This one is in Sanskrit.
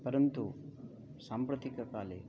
परन्तु साम्प्रतिककाले